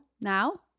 Now